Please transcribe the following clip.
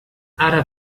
ara